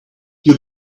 you